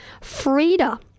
Frida